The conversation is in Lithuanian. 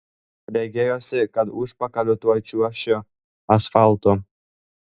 regėjosi kad užpakaliu tuoj čiuošiu asfaltu